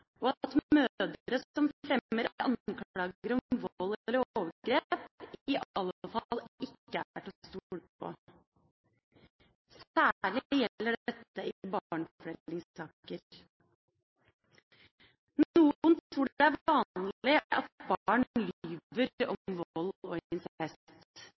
og at mødre som fremmer anklager om vold eller overgrep, i alle fall ikke er til å stole på. Særlig gjelder dette i barnefordelingssaker. Noen tror det er vanlig at barn lyver om vold og